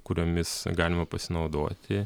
kuriomis galima pasinaudoti